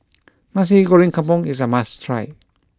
Nasi Goreng Kampung is a must try